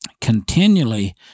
continually